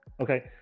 Okay